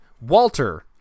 Walter